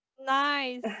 nice